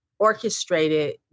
orchestrated